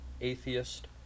Atheist